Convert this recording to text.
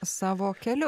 savo keliu